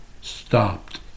stopped